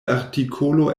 artikolo